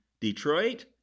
Detroit